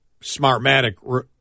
Smartmatic